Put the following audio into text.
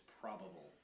probable